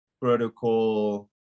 protocol